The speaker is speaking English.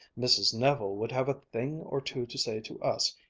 mrs. neville would have a thing or two to say to us,